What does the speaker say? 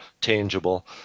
tangible